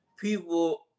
people